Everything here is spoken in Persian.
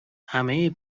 همه